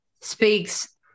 speaks